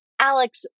Alex